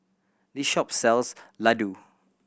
this shop sells laddu